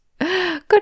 Good